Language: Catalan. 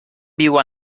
viu